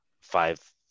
five